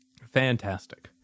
Fantastic